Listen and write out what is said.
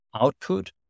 output